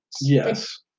Yes